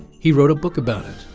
he wrote a book about it.